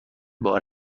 بار